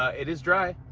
it is dry,